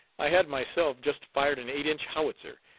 i had myself just fired an eight inch howitzer,